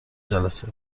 جلسه